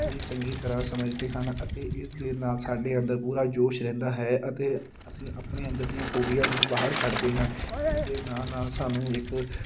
ਪੂਰੀ ਚੰਗੀ ਤਰ੍ਹਾਂ ਸਮਝਦੇ ਹਨ ਅਤੇ ਇਸ ਦੇ ਨਾਲ਼ ਸਾਡੇ ਅੰਦਰ ਪੂਰਾ ਜੋਸ਼ ਰਹਿੰਦਾ ਹੈ ਅਤੇ ਅਸੀਂ ਆਪਣੇ ਅੰਦਰ ਦੀਆਂ ਖੂਬੀਆਂ ਨੂੰ ਬਾਹਰ ਕੱਢਦੇ ਹਾਂ ਇਸ ਦੇ ਨਾਲ਼ ਨਾਲ਼ ਸਾਨੂੰ ਇੱਕ